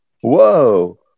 Whoa